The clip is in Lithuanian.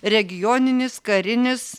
regioninis karinis